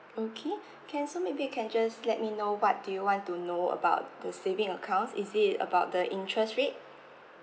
okay can so maybe you can just let me know what do you want to know about the saving accounts is it about the interest rate